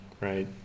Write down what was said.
right